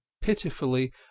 pitifully